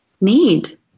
need